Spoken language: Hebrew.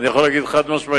ואני יכול להגיד חד-משמעית,